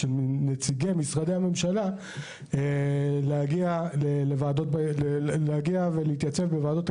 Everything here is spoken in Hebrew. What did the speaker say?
נציגי משרדי הממשלה בוועדות הכנסת,